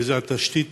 וזה התשתית